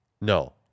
No